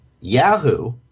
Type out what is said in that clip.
Yahoo